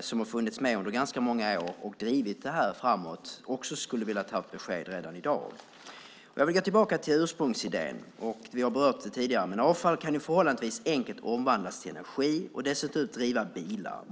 som har funnits med under ganska många år och drivit det här framåt också hade velat ha besked redan i dag. Jag vill gå tillbaka till ursprungsidén. Vi har berört det tidigare, men avfall kan ju förhållandevis enkelt omvandlas till energi och dessutom driva bilar.